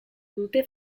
dute